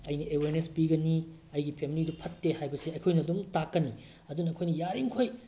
ꯑꯩꯅ ꯑꯦꯋꯦꯔꯅꯦꯁ ꯄꯤꯒꯅꯤ ꯑꯩꯒꯤ ꯐꯦꯃꯤꯂꯤꯗꯨ ꯐꯠꯇꯦ ꯍꯥꯏꯕꯁꯤ ꯑꯩꯈꯣꯏꯅ ꯑꯗꯨꯝ ꯇꯥꯛꯀꯅꯤ ꯑꯗꯨꯅ ꯑꯩꯈꯣꯏꯅ ꯌꯥꯔꯤ ꯃꯈꯩ